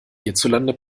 hierzulande